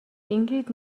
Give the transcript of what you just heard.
ингээд